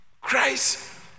Christ